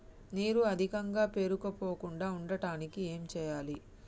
నీరు అధికంగా పేరుకుపోకుండా ఉండటానికి ఏం చేయాలి?